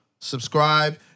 Subscribe